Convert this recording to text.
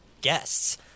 guests